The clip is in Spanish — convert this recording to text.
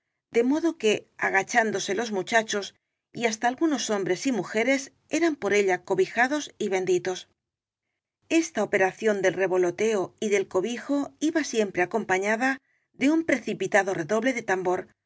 de modo que agachándose los muchachos y hasta algunos hombres y mujeres eran por ella cobijados y ben ditos esta operación del revoloteo y del cobijo iba siempre acompañada de un precipitado redoble de tambor